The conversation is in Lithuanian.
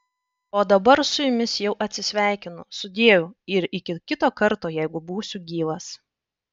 o dabar su jumis jau atsisveikinu sudieu ir iki kito karto jeigu būsiu gyvas